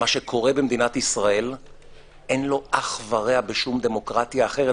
מה שקורה במדינת ישראל אין לו אח ורע בשום דמוקרטיה אחרת.